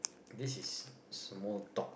this is small talk